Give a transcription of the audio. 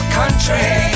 country